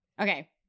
okay